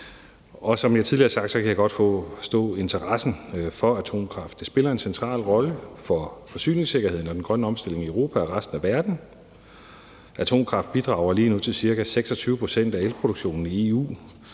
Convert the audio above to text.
Som tidligere sagt kan jeg godt forstå interessen for atomkraft. Den spiller en central rolle for forsyningssikkerheden og den grønne omstilling i Europa og resten af verden. Atomkraft bidrager lige nu til cirka 26 pct. af produktionen af